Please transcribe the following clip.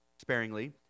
sparingly